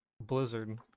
Blizzard